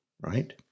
right